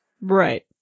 Right